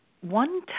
one